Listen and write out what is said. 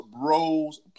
Bros